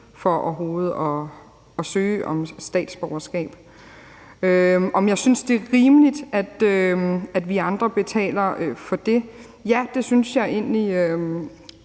fra overhovedet at søge om statsborgerskab. Synes jeg, det er rimeligt, at vi andre betaler for det? Ja, det synes jeg egentlig